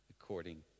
according